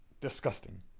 Disgusting